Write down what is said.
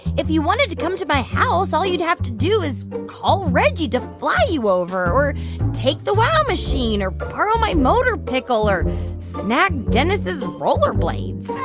if you wanted to come to my house, all you'd have to do is call reggie to fly you over or take the wow machine or borrow my motor pickle or snag dennis's roller blades